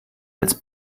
als